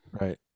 Right